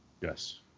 Yes